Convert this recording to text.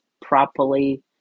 properly